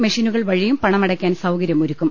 മെഷിനുകൾ വഴിയും പണമടയ്ക്കാൻ സൌകര്യമൊരുക്കും